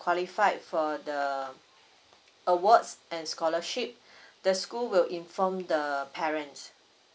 qualified for the awards and scholarship the school will inform the parents